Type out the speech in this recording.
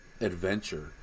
adventure